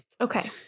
Okay